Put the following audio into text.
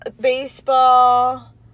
Baseball